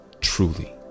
truly